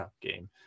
game